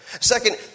Second